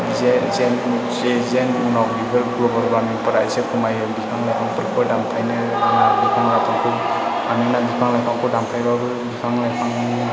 जे जों उनाव बेफोर ग्लबेल वार्मिं फोरा एसे खमायो बिफां लाइफांफोरखौ दानफायनो एबा बिफां लाइफांखौ मानोना बिफां लाइफांखौ दानफायबाबो बिफां लाइफांनि